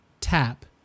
tap